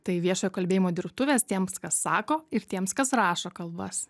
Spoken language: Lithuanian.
tai viešojo kalbėjimo dirbtuvės tiems kas sako ir tiems kas rašo kalbas